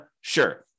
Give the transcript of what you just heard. Sure